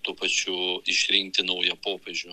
tuo pačiu išrinkti naują popiežių